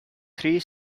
three